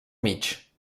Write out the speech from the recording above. mig